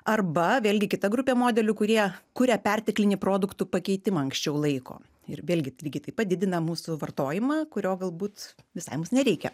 arba vėlgi kita grupė modelių kurie kuria perteklinį produktų pakeitimą anksčiau laiko ir vėlgi lygiai taip pat didina mūsų vartojimą kurio galbūt visai jums nereikia